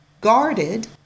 guarded